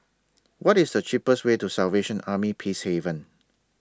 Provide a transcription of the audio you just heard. What IS The cheapest Way to Salvation Army Peacehaven